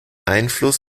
einfluss